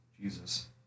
Jesus